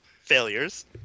failures